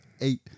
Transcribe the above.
eight